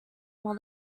more